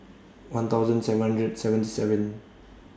one thousand seven hundred and seventy seven